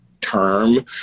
term